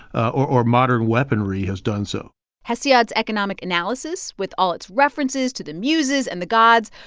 ah or or modern weaponry has done so hesiod's economic analysis, with all its references to the muses and the gods,